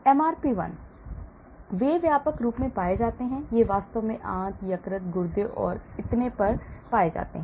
MRP 1 वे व्यापक रूप से पाए जाते हैं ये वास्तव में आंत यकृत गुर्दे और इतने पर पाए जाते हैं